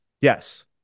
Yes